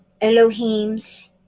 Elohim's